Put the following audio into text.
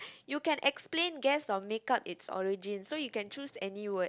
you can explain guess or makeup its origin so you can choose any words